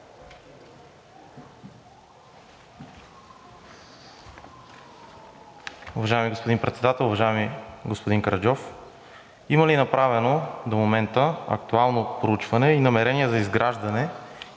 Уважаеми господин Председател, уважаеми господин Караджов! Има ли направено до момента актуално проучване и намерение за изграждането